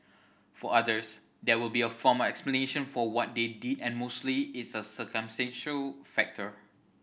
for others there will be a form explanation for what they did and mostly it's a circumstantial factor